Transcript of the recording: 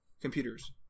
computers